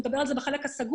נדבר על זה בחדר הסגור,